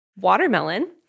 Watermelon